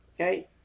okay